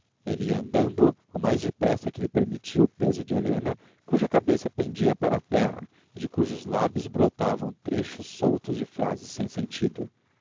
ele ia andando o mais depressa que lhe permitia o peso de helena cuja cabeça pendia para a terra e de cujos lábios brotavam trechos soltos de frases sem sentido